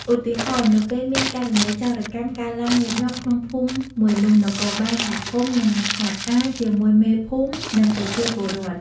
ឧទាហរណ៍ នៅពេលមាន ករណីចោរកម្មកើតឡើងញឹកញាប់ក្នុងភូមិមួយនោះ នគរបាលសហគមន៍នឹងសហការជាមួយមេភូមិ និងប្រជាពលរដ្ឋ។